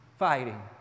fighting